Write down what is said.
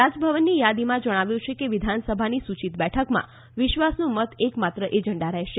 રાજભવનની યાદીમાં જણાવ્યું છે કે વિધાનસભાની સૂચિત બેઠકમાં વિશ્વાસનો મત એકમાત્ર એજન્ડા રહેશે